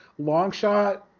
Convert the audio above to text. Longshot